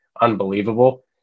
unbelievable